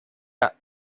are